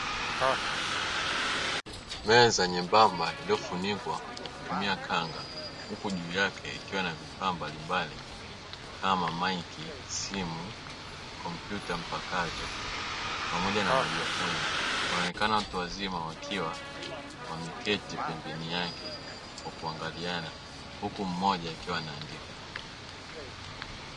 Meza nyembamba iliyofunikwa kwa kutumia kanga huku juu yake ikiwa na vifaa mbalimbali kama maiki, simu, kompyuta mpakato pamoja na maji ya kunywa wanaonekana watu wazima wakiwa wameketi pembeni yake kwa kuangaliana huku mmoja akiwa anaandika.